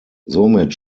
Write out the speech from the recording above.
somit